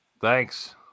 Thanks